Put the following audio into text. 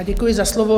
Děkuji za slovo.